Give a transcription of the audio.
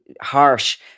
harsh